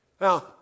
Now